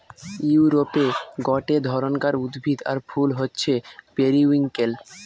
ইউরোপে গটে ধরণকার উদ্ভিদ আর ফুল হচ্ছে পেরিউইঙ্কেল